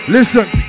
Listen